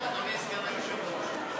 אדוני סגן היושב-ראש.